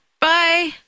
Bye